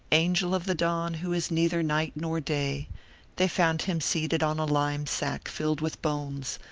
angel of the dawn who is neither night nor day they found him seated on a lime sack filled with bones,